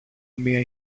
μια